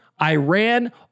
Iran